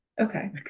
Okay